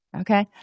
Okay